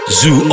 Zoo